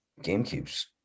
GameCube's